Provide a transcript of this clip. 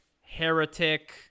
heretic